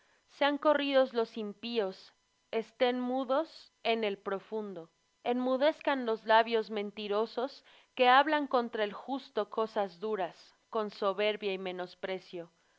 sean corridos los impíos estén mudos en el profundo enmudezcan los labios mentirosos que hablan contra el justo cosas duras con soberbia y